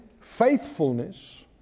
faithfulness